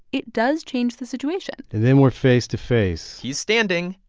it does change the situation and then we're face-to-face he's standing,